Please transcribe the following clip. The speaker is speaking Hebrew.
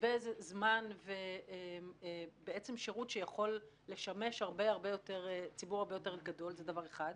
תבזבז זמן ושירות שיכול לשמש ציבור הרבה יותר גדול זה דבר אחד.